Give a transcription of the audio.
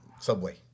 Subway